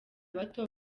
bato